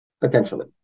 Potentially